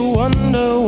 wonder